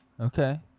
Okay